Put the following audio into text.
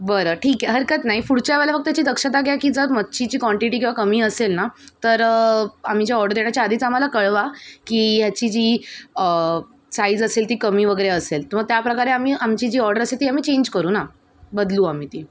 बरं ठीक आहे हरकत नाही पुढच्या वेळी फक्त त्याची दक्षता घ्या की जर मच्छीची काँटिटी किंवा कमी असेल ना तर आम्ही जे ऑर्डर देण्याच्या आधीच आम्हाला कळवा की याची जी साईज असेल ती कमी वगैरे असेल तर मग त्याप्रकारे आम्ही आमची जी ऑर्डर असेल ती आम्ही चेंज करू ना बदलू आम्ही ती